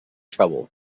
trouble